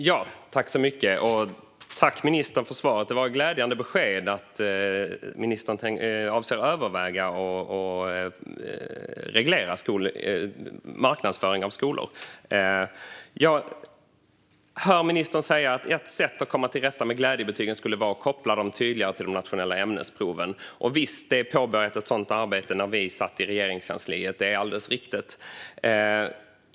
Herr talman! Tack, ministern, för svaret! Det var ett glädjande besked att ministern avser att överväga att reglera marknadsföringen av skolor. Jag hör ministern säga att ett sätt att komma till rätta med glädjebetygen skulle vara att koppla dem tydligare till de nationella ämnesproven. Ett sådant arbete påbörjades när vi satt i Regeringskansliet - det är alldeles riktigt.